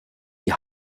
die